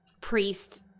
priest